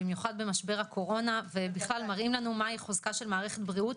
במיוחד במשבר הקורונה ומראים לנו מהי חוזקה של מערכת הבריאות.